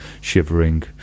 shivering